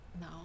now